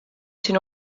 siin